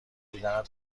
دیدنت